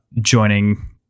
joining